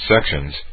Sections